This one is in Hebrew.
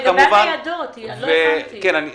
האם אתם